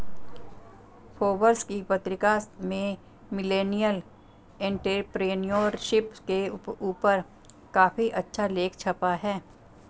Forbes की पत्रिका में मिलेनियल एंटेरप्रेन्योरशिप के ऊपर काफी अच्छा लेख छपा है